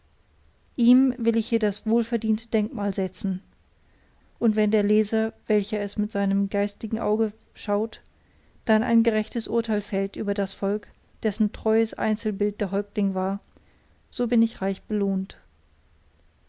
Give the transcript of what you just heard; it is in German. ihm will ich hier das wohlverdiente denkmal setzen und wenn der leser welcher es mit seinem geistigen auge schaut dann ein gerechtes urteil fällt über das volk dessen treues einzelbild der häuptling war so bin ich reich belohnt